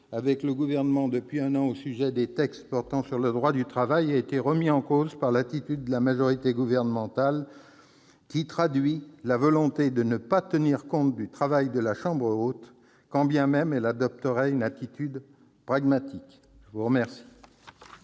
avec le Gouvernement depuis un an au sujet des textes portant sur le droit du travail a été remis en cause par l'attitude de la majorité gouvernementale, qui traduit la volonté de ne pas tenir compte du travail de la chambre haute, quand bien même elle adopterait une attitude pragmatique ! La parole